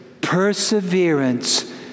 perseverance